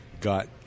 got